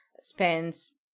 spends